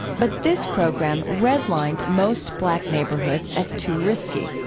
but this program redlined most black neighborhoods as too risky.